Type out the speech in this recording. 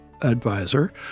advisor